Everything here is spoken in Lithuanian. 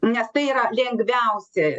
nes tai yra lengviausi